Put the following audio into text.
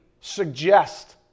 suggest